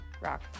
rock